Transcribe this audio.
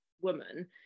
woman